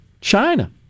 China